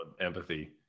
empathy